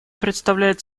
предоставляет